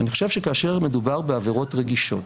אני חושב שכאשר מדובר בעבירות רגישות